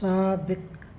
साबिक़ु